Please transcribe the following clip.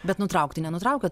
bet nutraukti nenutraukėt